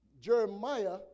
Jeremiah